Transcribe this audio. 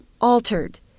altered